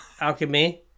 alchemy